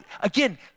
again